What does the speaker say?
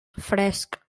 fresc